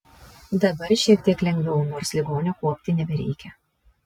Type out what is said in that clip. dabar šiek tiek lengviau nors ligonio kuopti nebereikia